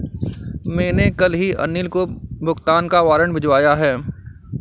मैंने कल ही अनिल को भुगतान का वारंट भिजवाया है